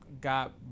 got